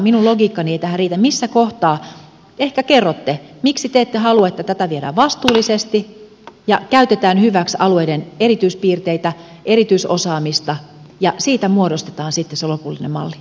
minun logiikkani ei tähän riitä mutta ehkä kerrotte miksi te ette halua että tätä viedään vastuullisesti ja käytetään hyväksi alueiden erityispiirteitä erityisosaamista ja siitä muodostetaan sitten se lopullinen malli